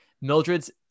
Mildred's